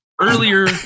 earlier